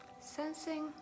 sensing